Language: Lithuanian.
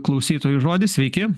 klausytojų žodis sveiki